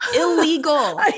illegal